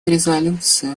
резолюции